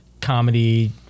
comedy